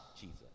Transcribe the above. Jesus